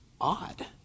odd